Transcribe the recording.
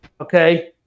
Okay